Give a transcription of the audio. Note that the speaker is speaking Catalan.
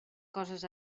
coses